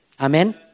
Amen